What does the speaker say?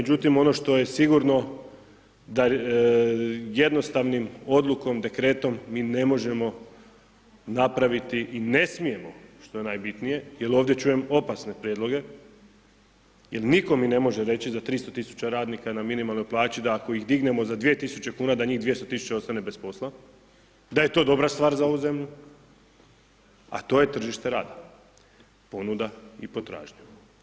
Međutim, ono što je sigurno da jednostavnom Odlukom, dekretom, mi ne možemo napraviti i ne smijemo, što je najbitnije, jer ovdje čujem opasne prijedloge jer niko mi ne može reći za 300.000 radnika na minimalnoj plaći da ako ih dignemo za 2.000 kuna da njih 200.000 ostane bez posla, da je to dobra stvar za ovu zemlju, a to je tržište rada, ponuda i potražnja.